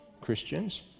Christians